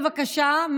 בבקשה,